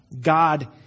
God